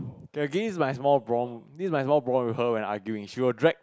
okay this is my small problem this is my small problem with her when arguing she will drag